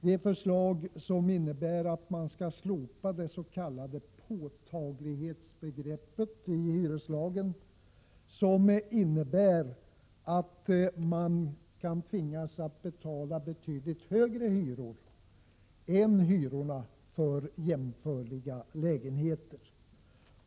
Det är förslag som innebär slopande av det s.k. påtaglighetsbegreppet i hyreslagen, vilket innebär att man kan tvingas att betala betydligt högre hyror än hyrorna för jämförliga lägenheter.